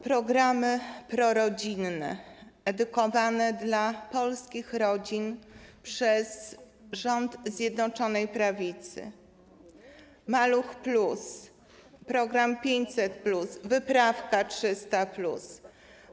Programy prorodzinne skierowane do polskich rodzin przez rząd Zjednoczonej Prawicy: „Maluch+”, program 500+, wyprawka 300+.